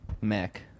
Mac